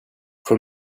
from